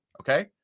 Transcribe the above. okay